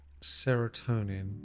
serotonin